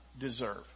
deserve